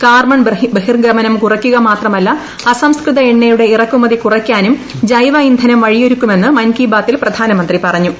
carbon ബഹിർഗമനം കുറക്കുക മാത്രമല്ല അസംസ്കൃത എണ്ണയുടെ ഇറക്കുമതി കുറയ്ക്കാനും ജൈവ ഇന്ധനം വഴിയൊരുക്കുമെന്ന് മൻ കി ബാത്തിൽ പ്രധാനമന്ത്രി പറഞ്ഞു